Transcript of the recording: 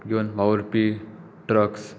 घेवन वावुरपी ट्रक्स